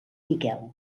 miquel